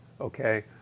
okay